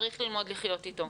צריך ללמוד לחיות אתו,